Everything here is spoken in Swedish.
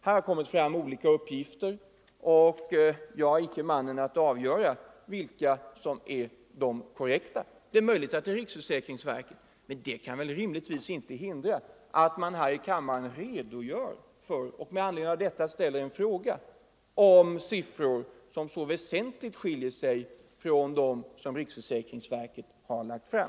Här har kommit fram olika uppgifter, och jag är icke mannen att avgöra vilka som är de korrekta. Det är möjligt att det är riksförsäkringsverkets. Men det kan väl rimligtvis inte hindra att man här i kammaren redogör för det inträffade och ställer en fråga om 1 siffror som så väsentligt skiljer sig från dem som riksförsäkringsverket har lagt fram.